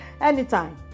anytime